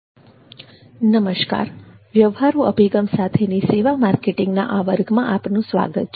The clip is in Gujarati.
નમસ્કાર વ્યવહારુ અભિગમ સાથેની સેવા માર્કેટિંગના આ વર્ગમાં આપનું સ્વાગત છે